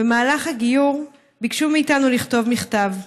במהלך הגיור ביקשו מאיתנו לכתוב מכתב.